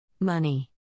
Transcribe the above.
Money